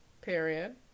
Period